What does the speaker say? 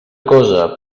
cosa